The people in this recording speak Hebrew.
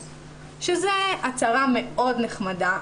שזו הצהרה מאוד נחמדה,